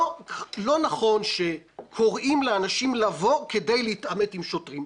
לא נכון שקוראים לאנשים לבוא כדי להתעמת עם שוטרים,